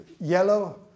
yellow